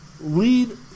lead